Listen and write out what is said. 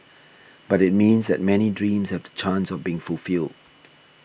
but it means that many dreams have the chance of being fulfilled